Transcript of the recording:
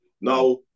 Now